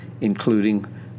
including